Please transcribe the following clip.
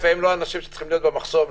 --- והם לא האנשים שצריכים להיות במחסום.